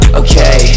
okay